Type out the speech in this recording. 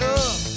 up